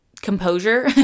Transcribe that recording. composure